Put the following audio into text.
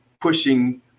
pushing